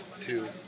two